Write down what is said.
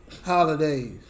holidays